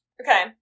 Okay